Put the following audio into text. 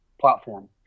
platform